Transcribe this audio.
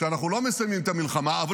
לסיים את המלחמה.